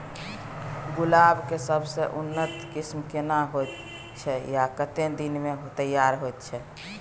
गुलाब के सबसे उन्नत किस्म केना होयत छै आ कतेक दिन में तैयार होयत छै?